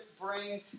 bring